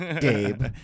Gabe